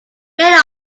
many